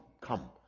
come